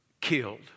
killed